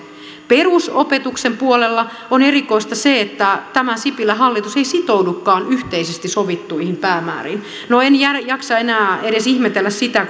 perusopetuksen puolella on erikoista se että tämä sipilän hallitus ei sitoudukaan yhteisesti sovittuihin päämääriin no en jaksa enää edes ihmetellä sitä